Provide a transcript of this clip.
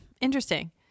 interesting